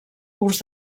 curs